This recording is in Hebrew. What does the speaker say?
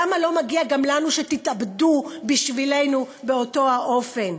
למה לא מגיע גם לנו שתתאבדו בשבילנו באותו האופן?